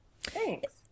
Thanks